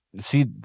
see